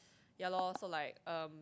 ya loh so like um